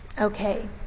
Okay